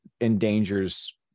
endangers